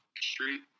street